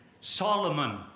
Solomon